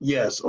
Yes